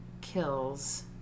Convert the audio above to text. kills